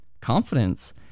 confidence